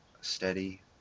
steady